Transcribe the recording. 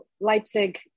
Leipzig